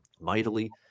mightily